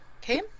okay